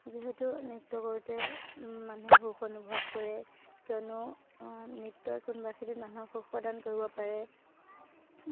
যিহেতু নৃত্য কৰোঁতে মানুহে সুখ অনুভৱ কৰে কিয়নো নৃত্যই কোনোবাখিনিত মানুহক সুখ প্ৰদান কৰিব পাৰে